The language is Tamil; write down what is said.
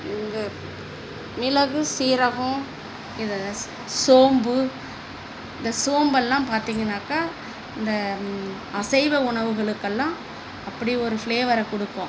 இந்த மிளகு சீரகம் இந்த சோம்பு இந்த சோம்பெல்லாம் பார்த்தீங்கன்னாக்கா இந்த அசைவ உணவுகளுக்கெல்லாம் அப்படி ஒரு ஃபிளேவரை கொடுக்கும்